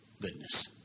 goodness